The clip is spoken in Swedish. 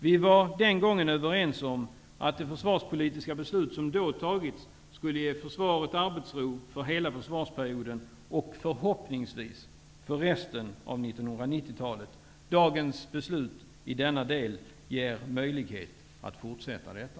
Vi var den gången överens om att det försvarspolitiska beslut som då fattats skulle ge försvaret arbetsro för hela försvarsperioden och förhoppningsvis för resten av 1990-talet. Dagens beslut, i denna del, ger möjlighet att fortsätta med detta.